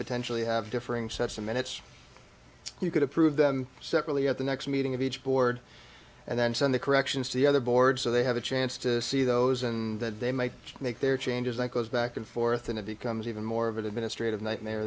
potentially have differing sets in minutes you could approve them separately at the next meeting of each board and then send the corrections to the other board so they have a chance to see those and that they might make their changes that goes back and forth and it becomes even more of an administrative nightmare